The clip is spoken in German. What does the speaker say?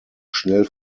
schnell